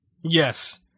Yes